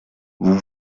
vous